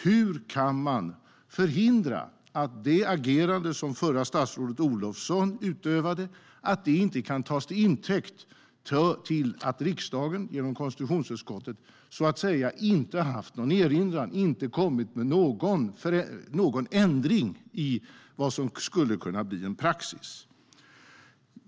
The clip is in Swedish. Hur kan man förhindra att förra statsrådet Olofssons agerande så att säga tas till intäkt för att riksdagen genom konstitutionsutskottet inte har haft någon erinran och därmed gjort en ändring som skulle kunna bli praxis?